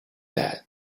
that